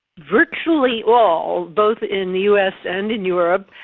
virtually all, both in the us and in europe,